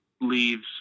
leaves